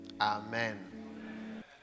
Amen